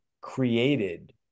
created